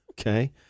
okay